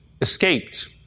escaped